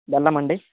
బెల్లం అండి